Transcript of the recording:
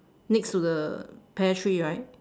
next to the pear tree right